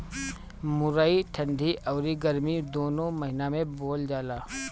मुरई ठंडी अउरी गरमी दूनो महिना में बोअल जाला